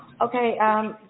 Okay